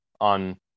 on